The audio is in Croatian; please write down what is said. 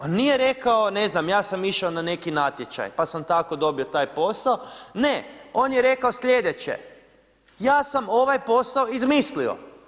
On nije rekao ne znam ja sam išao na neki natječaj pa sam tako dobio taj posao, ne on je rekao slijedeće, ja sam ovaj posao izmislio.